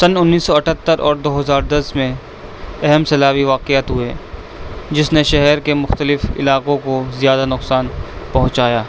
سن انیس سو اٹہتر اور دو ہزار دس میں اہم سیلابی واقعات ہوئے جس نے شہر کے مختلف علاقوں کو زیادہ نقصان پہنچایا